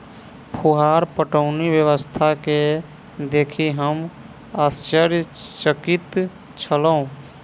फुहार पटौनी व्यवस्था के देखि हम आश्चर्यचकित छलौं